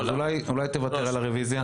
אולי תוותר על הרביזיה?